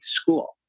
school